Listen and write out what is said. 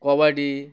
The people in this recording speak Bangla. কবাডি